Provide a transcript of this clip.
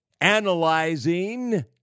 analyzing